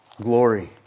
glory